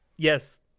Yes